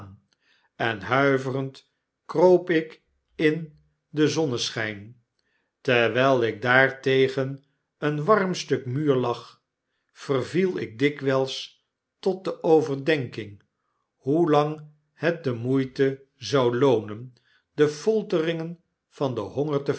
en huiverend kroop ik in den zonneschyn terwijl ik daar tegen een warm stuk muur lag verviel ik dikwyls tot de overdenking hoelang het de moeite zou loonen de folteringen van den honger